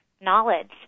knowledge